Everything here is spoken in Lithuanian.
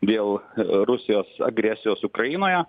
dėl rusijos agresijos ukrainoje